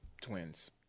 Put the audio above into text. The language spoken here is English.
twins